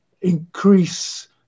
increase